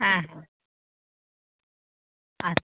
হ্যাঁ আচ্ছা